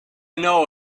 know